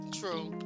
true